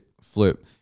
flip